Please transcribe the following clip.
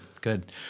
good